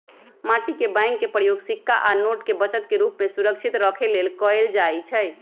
माटी के बैंक के प्रयोग सिक्का आ नोट के बचत के रूप में सुरक्षित रखे लेल कएल जाइ छइ